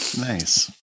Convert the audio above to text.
nice